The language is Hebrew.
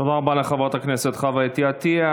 תודה רבה לחברת הכנסת חוה אתי עטייה.